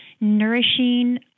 nourishing